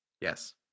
Yes